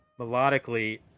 melodically